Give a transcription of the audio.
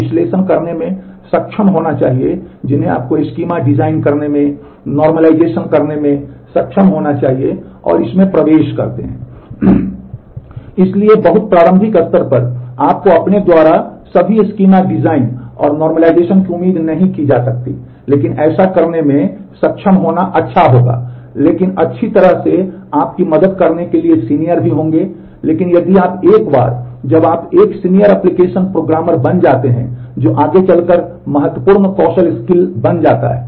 इसलिए बहुत प्रारंभिक स्तर पर आपको अपने द्वारा सभी स्कीमा डिज़ाइन बन जाता है